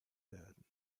werden